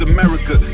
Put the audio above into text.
America